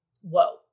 whoa